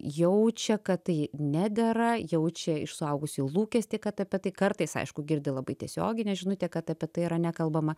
jaučia kad tai nedera jaučia iš suaugusių lūkestį kad apie tai kartais aišku girdi labai tiesioginę žinutę kad apie tai yra nekalbama